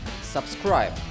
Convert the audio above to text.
subscribe